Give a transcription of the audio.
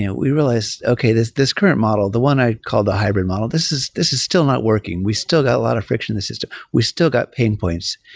yeah we realized, okay, this this current model, the one i called a hybrid model, this is this is still not working. we still got a lot of friction in the system. we still got pain points.